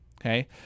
Okay